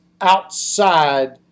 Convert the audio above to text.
outside